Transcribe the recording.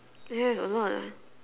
yeah is a lot lah